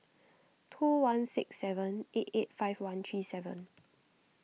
two one six seven eight eight five one three seven